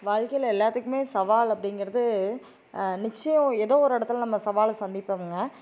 வாழ்க்கையில எல்லாத்துக்குமே சவால் அப்படிங்கறது நிச்சயோம் எதோ ஒரு இடத்துல நம்ம சவாலை சந்திப்போம்ங்க